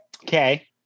Okay